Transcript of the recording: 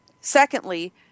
secondly